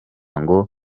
ngo